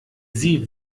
sie